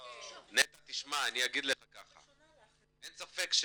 נטע, תשמע, אני אגיד לך ככה, אין ספק,